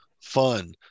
fun